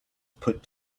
put